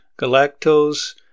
galactose